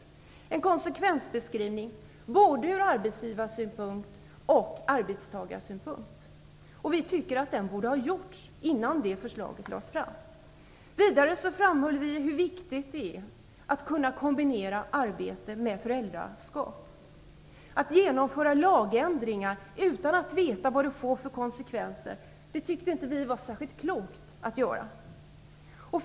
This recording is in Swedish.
Det borde finnas en konsekvensbeskrivning, både ur arbetsgivarsynpunkt och ur arbetstagarsynpunkt. Vi tycker att den borde ha gjorts innan förslaget lades fram. Vidare framhöll vi hur viktigt det är att kunna kombinera arbete med föräldraskap. Att genomföra lagändringar utan att veta vad de får för konsekvenser tyckte inte vi var särskilt klokt.